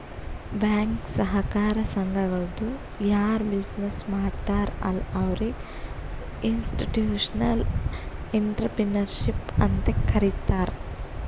bank, ಸಹಕಾರ ಸಂಘಗಳದು ಯಾರ್ ಬಿಸಿನ್ನೆಸ್ ಮಾಡ್ತಾರ ಅಲ್ಲಾ ಅವ್ರಿಗ ಇನ್ಸ್ಟಿಟ್ಯೂಷನಲ್ ಇಂಟ್ರಪ್ರಿನರ್ಶಿಪ್ ಅಂತೆ ಕರಿತಾರ್